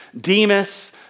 Demas